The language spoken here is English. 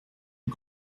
you